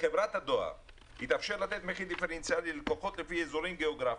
לחברת הדואר יתאפשר לתת מחיר דיפרנציאלי ללקוחות לפי אזורים גאוגרפיים.